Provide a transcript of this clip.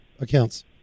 accounts